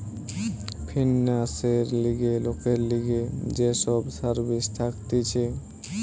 ফিন্যান্সের লিগে লোকের লিগে যে সব সার্ভিস থাকতিছে